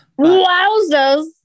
Wowzers